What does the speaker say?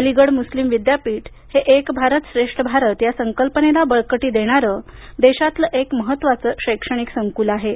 अलिगढ मुस्लीम विद्यापीठ हे एक भारत श्रेष्ठ भारत संकल्पनेला बळकटी देणारं देशातलं एक महत्त्वाचं शैक्षणिक संकुल आहे